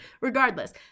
Regardless